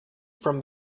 from